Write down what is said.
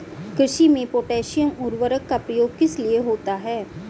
कृषि में पोटैशियम उर्वरक का प्रयोग किस लिए होता है?